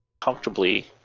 comfortably